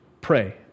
pray